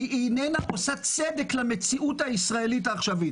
כי היא איננה עושה צדק למציאות הישראלית העכשווית.